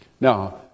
Now